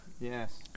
yes